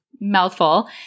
mouthful